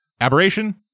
Aberration